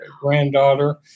granddaughter